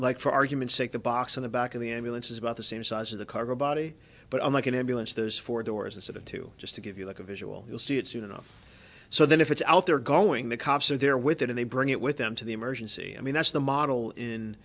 like for argument's sake the box in the back of the ambulance is about the same size of the cargo body but unlike an ambulance those four doors incident two just to give you like a visual you'll see it soon enough so then if it's out there going the cops are there with it and they bring it with them to the emergency i mean that's the model in